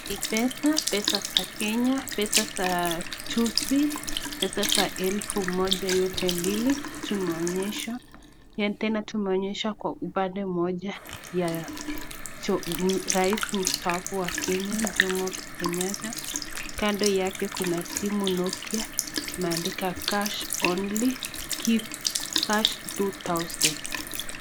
Ni pesa, pesa za Kenya, pesa za juzi, pesa za elfu moja yote mbili tumeoneshwa. Tena tumeoneshwa kwa upande mmoja ya rais mustahafu wa kenya Jomo Kenyatta. Kando yake kuna simu ya Nokia imeandikwa cash only give cash two thousand .